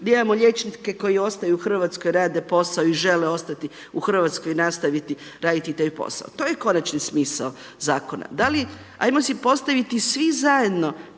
da imamo liječnike koji ostaju u Hrvatskoj rade posao i žele ostati u Hrvatskoj i nastaviti raditi taj posao. To je konačni smisao zakona. Da li, ajmo si postaviti svi zajedno